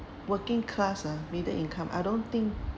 working class uh middle income I don't think